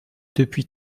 depuis